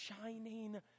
shining